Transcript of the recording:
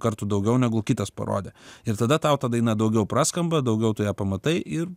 kartų daugiau negu kitas parodė ir tada tau ta daina daugiau praskamba daugiau tu ją pamatai ir